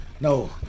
No